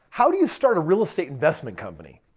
how do you start a real estate investment company?